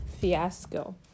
fiasco